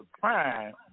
crime